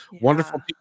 wonderful